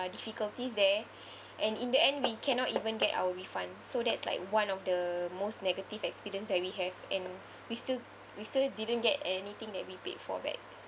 difficulties there and in the end we cannot even get our refund so that's like one of the most negative experience that we have and we still we still didn't get anything that we paid for back